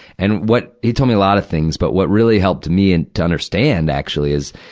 and, what, he told me a lot of things. but what really helped me and, to understand actually, is,